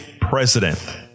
president